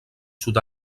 sud